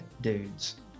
dudes